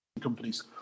companies